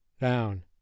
Down